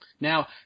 Now